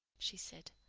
she said.